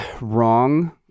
wrong